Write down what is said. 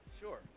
Sure